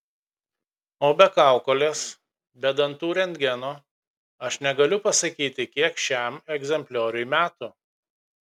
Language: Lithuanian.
o be kaukolės be dantų rentgeno aš netgi negaliu pasakyti kiek šiam egzemplioriui metų